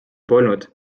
polnud